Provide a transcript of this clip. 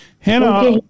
Hannah